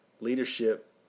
leadership